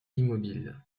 immobile